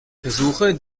versuche